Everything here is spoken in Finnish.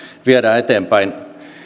viedään eteenpäin